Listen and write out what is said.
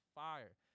fire